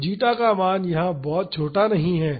तो जीटा का मान यहाँ बहुत छोटा नहीं है